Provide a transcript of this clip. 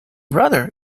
brother